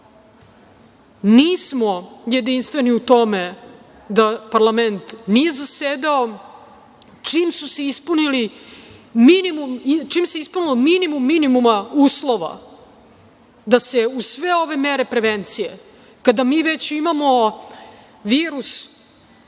Nismo jedinstveni u tome da parlament nije zasedao. Čim se ispunio minimum minimuma uslova da se uz sve ove mere prevencije, kada mi već imamo virus